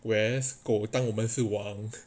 whereas 狗当我们是皇